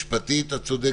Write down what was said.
משפטית את צודקת,